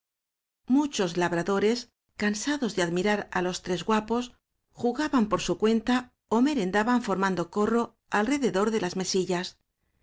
muchos labradores cansados de admirar á los tres guapos jugaban por su cuenta ó merendaban formando corro alrededor de las mesillas